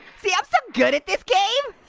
see, i'm so good at this game.